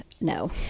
No